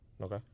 Okay